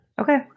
Okay